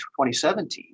2017